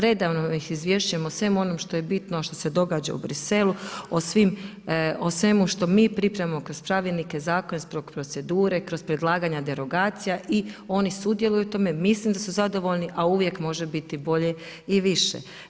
Redovno ih izvješćujemo o svemu onom što je bitno a što se događa u Briselu, o svemu što mi pripremamo kroz pravilnike, zakone, procedure, kroz predlaganja derogacija i oni sudjeluju u tome, mislim da su zadovoljni, a uvijek može biti bolje i više.